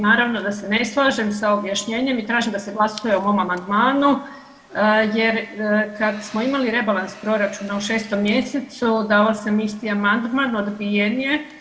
Naravno da se ne slažem sa objašnjenjem i tražim da se glasuje o ovom amandmanu, jer kad smo imali rebalans proračuna u 6 mjesecu dala sam isti amandman, odbijen je.